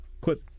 Quit